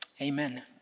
Amen